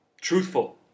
Truthful